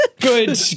Good